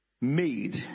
made